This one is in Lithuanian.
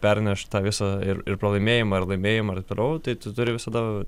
pernešt tą visą ir ir pralaimėjimą ir laimėjimą ir toliau tai tu turi visada